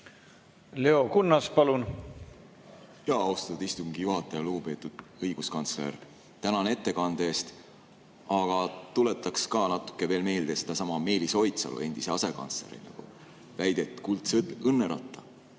Leo Kunnas, palun! Austatud istungi juhataja! Lugupeetud õiguskantsler, tänan ettekande eest! Aga tuletan ka natuke veel meelde sedasama Meelis Oidsalu, endise asekantsleri väidet kuldse õnneratta